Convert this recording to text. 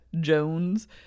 jones